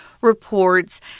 reports